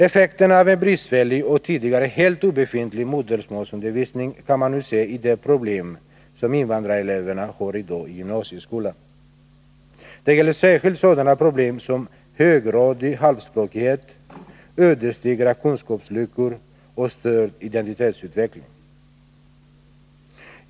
Effekterna av en bristfällig och tidigare helt obefintlig modersmålsundervisning kan man nu se i de problem som invandrareleverna har i dag i gymnasieskolan. Det gäller särskilt sådana problem som höggradig halvspråkighet, ödesdigra kunskapsluckor och störd identitetsutveckling.